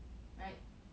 right